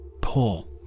Pull